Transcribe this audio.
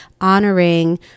honoring